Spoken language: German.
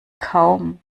kaum